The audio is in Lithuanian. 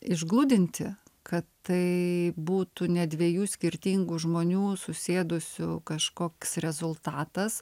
išgludinti kad tai būtų ne dviejų skirtingų žmonių susėdusių kažkoks rezultatas